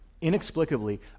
Inexplicably